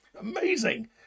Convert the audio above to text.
amazing